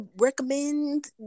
recommend